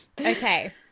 Okay